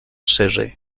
cerré